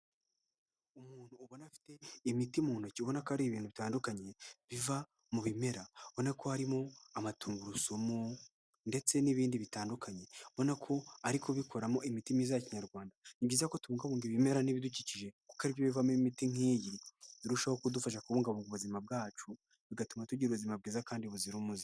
Umuntu ubona afite imiti mu ntoki, ubona ko ari ibintu bitandukanye biva mu bimera, ubona ko harimo amatungurusumu ndetse n'ibindi bitandukanye. Ubona ko ari kubikoramo imiti myiza ya kinyarwanda. Ni byiza ko tubungabunga ibimera n'ibidukikije kuko ari byo bivamo imiti nk'iyi irushaho kudufasha kubungabunga ubuzima bwacu bigatuma tugira ubuzima bwiza kandi buzira umuze.